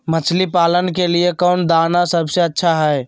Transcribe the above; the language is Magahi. मछली पालन के लिए कौन दाना सबसे अच्छा है?